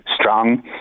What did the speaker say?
strong